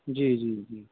جی جی جی